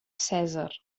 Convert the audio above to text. cèsar